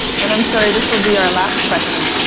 and i'm sorry this will be our last question